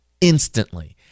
instantly